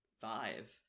five